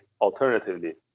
alternatively